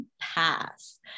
pass